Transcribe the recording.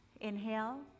inhale